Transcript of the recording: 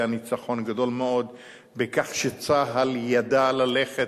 היה ניצחון גדול מאוד בכך שצה"ל ידע ללכת